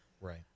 right